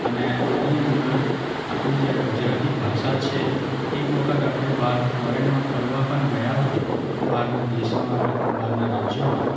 અને આની અંદર આપણી જે આ ગુજરાતી ભાષા છે એક વખત આપણે બહાર ફોરેનમાં ફરવા પણ ગયા હોય બહારના દેશમાં કાં તો બારના રાજ્યમાં